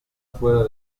fuera